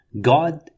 God